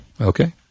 Okay